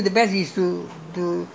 that you are on the rival side